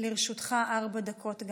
גם לרשותך ארבע דקות.